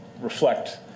reflect